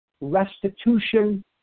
restitution